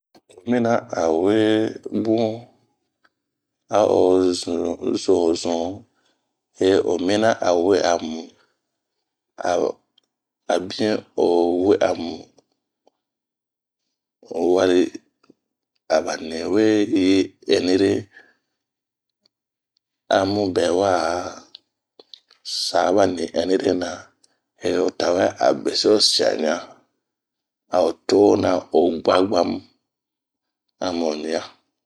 Oyi mina a o we bun a o zori zun, he o mina a weamu, a bini o weamu wari aba ni we yi ɛnire, amu bɛwa sa ba ni ɛnirona, he o tawɛ a besi o sian ɲan a ho to'o na oguaguamu a mu ɲian.